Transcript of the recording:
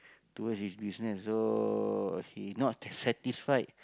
towards his business so he not satisfied